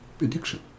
addiction